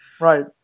Right